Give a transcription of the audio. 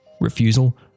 refusal